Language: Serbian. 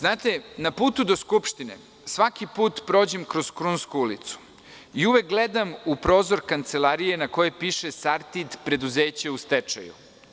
Na putu do Skupštine svaki put prođem kroz Krunsku ulicu i uvek gledam u prozor kancelarije u kojoj piše „Sartid“, preduzeće u stečaju.